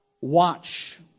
Watch